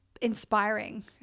inspiring